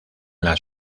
las